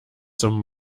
zum